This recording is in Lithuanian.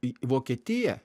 į vokietiją